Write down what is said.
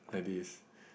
like this